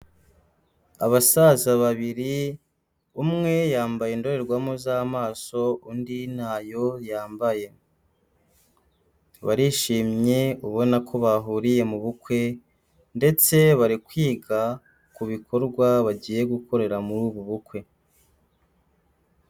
Abasaza babiri, umwe yambaye indorerwamo z'amaso, undi ntayo yambaye. Barishimye ubona ko bahuriye mu bukwe, ndetse bari kwiga ku bikorwa bagiye gukorera muri ubu bukwe.